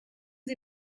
sie